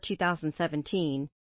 2017